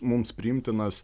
mums priimtinas